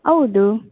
ಹೌದು